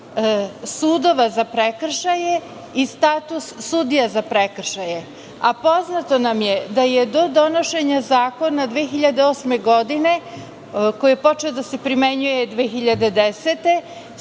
sudova za prekršaje i status sudija za prekršaje, a poznato nam je da je do donošenja zakona 2008. godine, koji je počeo da se primenjuje 2010.